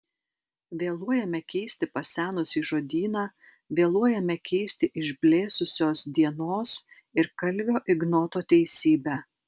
vėluojame keisti pasenusį žodyną vėluojame keisti išblėsusios dienos ir kalvio ignoto teisybę